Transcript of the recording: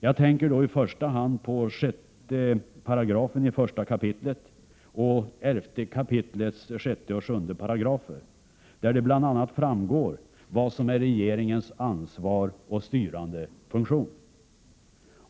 Jag tänker då i första hand på 1 kap. 6 § och på 11 kap. 6 och 7 §§ RF, varav det bl.a. framgår vad som är regeringens ansvar och styrande funktion.